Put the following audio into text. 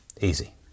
Easy